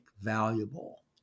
valuable